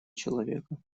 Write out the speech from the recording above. человека